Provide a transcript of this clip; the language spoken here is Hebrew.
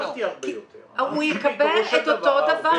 הוא יקבל את אותו דבר.